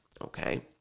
okay